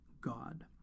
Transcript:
God